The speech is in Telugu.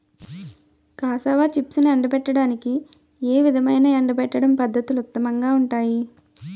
కాసావా చిప్స్ను ఎండబెట్టడానికి ఏ విధమైన ఎండబెట్టడం పద్ధతులు ఉత్తమంగా ఉంటాయి?